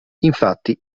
infatti